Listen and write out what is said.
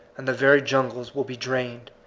and the very jungles will be drained,